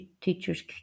teachers